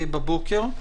בבוקר.